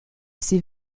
ces